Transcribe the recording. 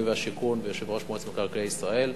והשיכון ויושב-ראש מועצת מקרקעי ישראל,